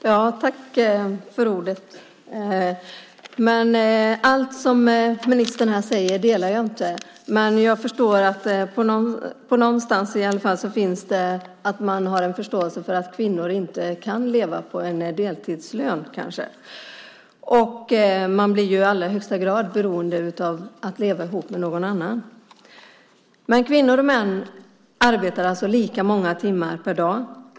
Fru talman! Allt som ministern här säger delar jag inte, men jag förstår att det ändå någonstans finns en förståelse för att kvinnor kanske inte kan leva på en deltidslön. Man blir i allra högsta grad beroende av att leva ihop med någon annan. Kvinnor och män arbetar alltså lika många timmar per dag.